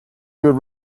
good